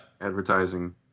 advertising